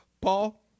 Paul